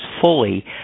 fully